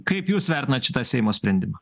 kaip jūs vertinat šitą seimo sprendimą